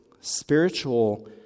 spiritual